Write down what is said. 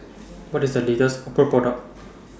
What IS The latest Oppo Product